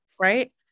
right